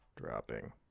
dropping